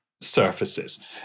surfaces